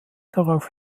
darauf